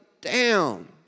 down